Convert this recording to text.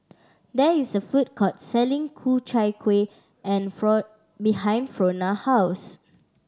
there is a food court selling Ku Chai Kueh and behind Frona house